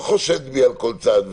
עכשיו הוא לא חושד בי על כל צעד ושעל.